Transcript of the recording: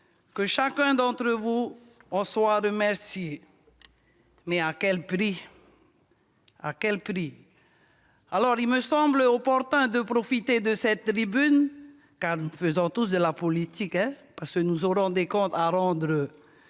Que chacun d'entre vous en soit remercié. Mais à quel prix ? Alors, il me semble opportun de profiter de cette tribune- nous faisons tous de la politique et nous aurons des comptes à rendre à tous